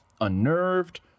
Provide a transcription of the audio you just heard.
unnerved